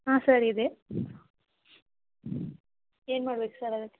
ಹಾಂ ಸರ್ ಇದೆ ಏನು ಮಾಡ್ಬೇಕು ಸರ್ ಅದಕ್ಕೆ